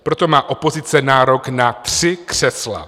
Proto má opozice nárok na tři křesla.